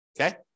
Okay